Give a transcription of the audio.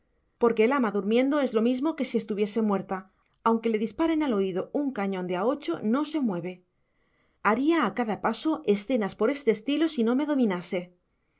porque el ama durmiendo es lo mismo que si estuviese muerta aunque le disparen al oído un cañón de a ocho no se mueve haría a cada paso escenas por el estilo si no me dominase